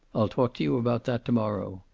i'll talk to you about that to-morrow.